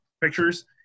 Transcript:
pictures